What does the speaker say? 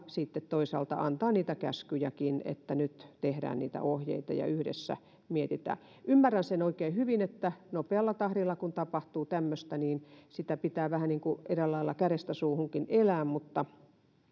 sitten toisaalta antaa niitä käskyjäkin että nyt tehdään niitä ohjeita ja yhdessä mietitään ymmärrän sen oikein hyvin että kun nopealla tahdilla tapahtuu tämmöistä niin sitä pitää vähän eräällä lailla kädestä suuhunkin elää mutta